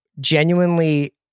genuinely